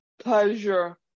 Pleasure